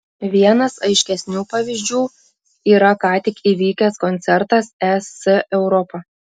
vienas aiškesnių pavyzdžių yra ką tik įvykęs koncertas es europa